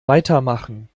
weitermachen